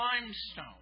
limestone